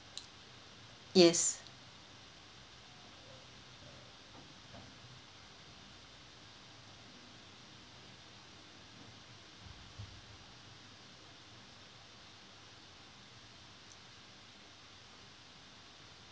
yes